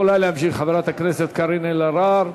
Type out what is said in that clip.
את יכולה להמשיך, חברת הכנסת קארין אלהרר.